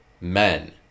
men